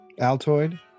Altoid